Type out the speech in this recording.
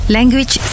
Language